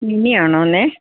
മിനിയാണോ